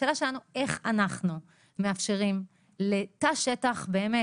השאלה עכשיו היא איך אנחנו מאפשרים לתא שטח באמת,